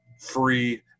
free